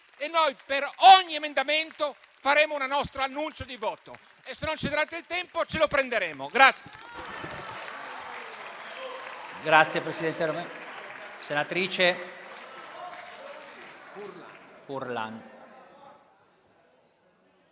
e noi per ogni emendamento faremo un nostro annuncio di voto e se non ci darete il tempo, ce lo prenderemo.